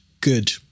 good